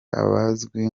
abazwi